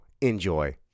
Enjoy